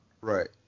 right